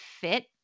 fit